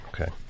Okay